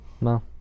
no